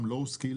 גם low skills,